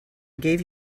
gave